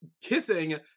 kissing